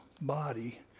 body